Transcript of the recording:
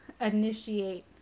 initiate